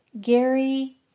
Gary